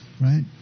right